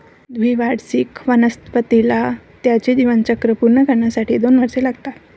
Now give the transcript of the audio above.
द्विवार्षिक वनस्पतीला त्याचे जीवनचक्र पूर्ण करण्यासाठी दोन वर्षे लागतात